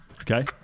Okay